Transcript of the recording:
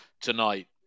tonight